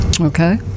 Okay